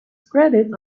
credits